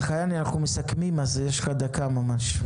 אלחייני, אנחנו מסכמים אז יש לך דקה אחת.